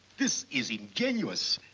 this is ingenious.